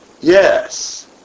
Yes